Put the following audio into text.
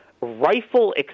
rifle